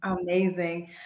Amazing